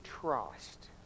trust